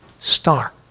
star